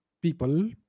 people